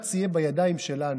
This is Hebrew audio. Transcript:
כשבג"ץ יהיה בידיים שלנו,